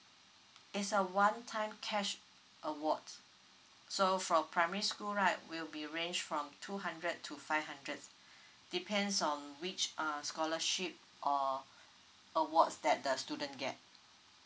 it's a one time cash awards so for primary school right will be ranged from two hundred to five hundred depends on which err scholarship or awards that the student get